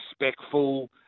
respectful